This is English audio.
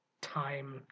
time